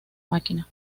máquina